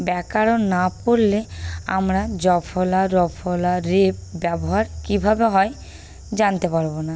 ব্যাকারণ না পড়লে আমরা য ফলা র ফলা রেফ ব্যবহার কীভাবে হয় জানতে পারব না